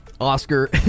Oscar